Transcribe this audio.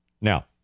Now